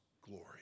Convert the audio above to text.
glory